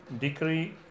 decree